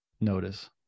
notice